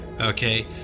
Okay